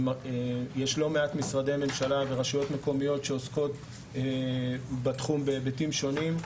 יש לא מעט משרדי הממשלה ורשויות מקומיות שעוסקים בתחום בהיבטים שונים.